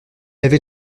avait